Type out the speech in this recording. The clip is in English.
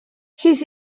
his